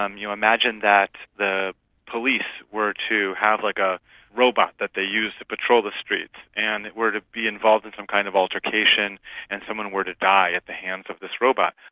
um you imagine that the police were to have like a robot that they use to patrol the streets and it were to be involved in some kind of altercation and someone were to die at the hands of this robot.